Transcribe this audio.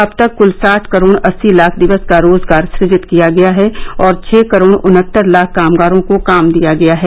अब तक कल साठ करोड अस्सी लाख दिवस का रोजगार सजित किया गया है और छ करोड उन्हत्तर लाख कामगारों को काम दिया गया है